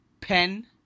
Pen